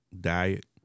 diet